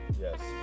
Yes